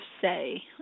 say